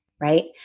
right